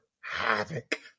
havoc